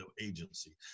agency